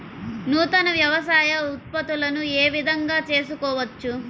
నూతన వ్యవసాయ ఉత్పత్తులను ఏ విధంగా తెలుసుకోవచ్చు?